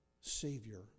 savior